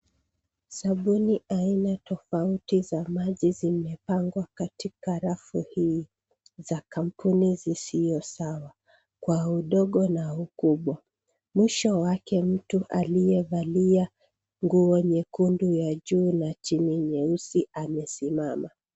Sabuni aina tofauti za maji zimepangwa katika rafu hii za kampuni zisio sawa kwa udogo na ukubwa. Mwisho wake mtu aliyevalia nguo nyekundu ya juu na chini nyeusi amesimama.